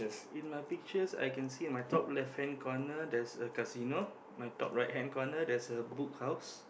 in my pictures I can see my top left hand corner there's a casino my top right hand corner there's a Book House